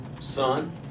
son